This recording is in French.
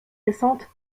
récente